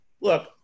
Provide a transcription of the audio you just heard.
Look